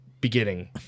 Beginning